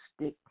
stick